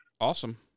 Awesome